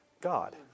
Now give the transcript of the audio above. God